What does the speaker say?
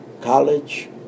college